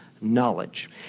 knowledge